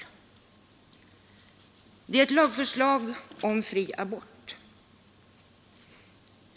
Det är ett förslag om fri abort.